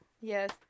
Yes